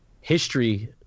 history